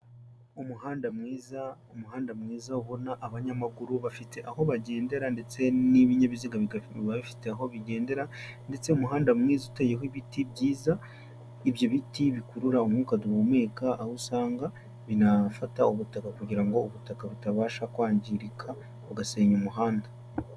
Umuhanda mwiza, umuhanda mwiza ubona abanyamaguru bafite aho bagendera ndetse n'ibinyabiziga bikaba bifite aho bigendera, ndetse umuhanda mwiza uteyeho ibiti byiza ibyo biti bikurura umwuka duhumeka, aho usanga binafata ubutaka kugirango ubutaka butabasha kwangirika ugasenya umuhanda.